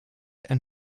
and